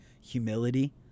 humility